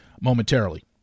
momentarily